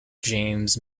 james